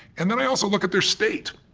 and then i also look at their state,